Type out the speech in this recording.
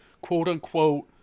quote-unquote